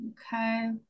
Okay